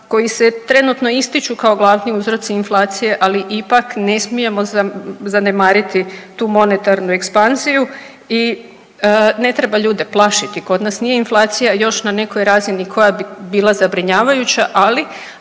koji se trenutno ističu kao glavni uzroci inflacije, ali ipak ne smijemo zanemariti tu monetarnu ekspanziju i ne treba ljude plašiti, kod nas nije inflacija još na nekoj razini koja bi bila zabrinjavajuća, ali